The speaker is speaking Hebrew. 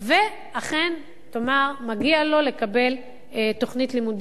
ואכן תאמר: מגיע לו לקבל תוכנית לימודים,